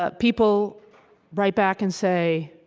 ah people write back and say,